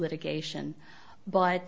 litigation but